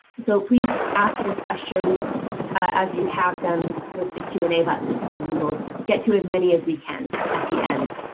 so please ask your questions as you have them with the q and a button and we will get to as many as we can at the end.